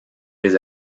les